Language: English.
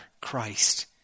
Christ